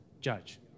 judge